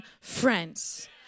friends